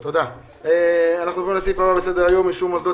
אנחנו עוברים לסעיף הבא בסדר-היום: 1. הצעת אישור מוסדות